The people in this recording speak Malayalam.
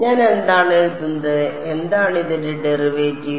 ഞാൻ എന്താണ് എഴുതുന്നത് എന്താണ് ഇതിന്റെ ഡെറിവേറ്റീവ്